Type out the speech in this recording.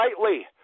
lightly